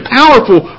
powerful